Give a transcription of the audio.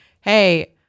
hey